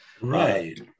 Right